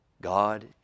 God